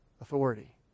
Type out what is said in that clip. authority